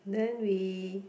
then we